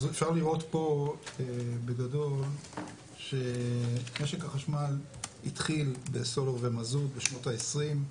אפשר לראות פה בגדול שמשק החשמל התחיל בסולר ומזוט בשנות ה-20,